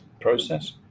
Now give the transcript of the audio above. process